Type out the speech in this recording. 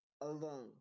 alone